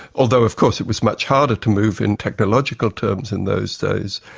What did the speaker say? although of course it was much harder to move in technological terms in those days.